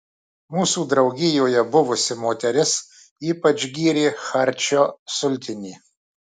mūsų draugijoje buvusi moteris ypač gyrė charčio sultinį